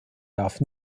darf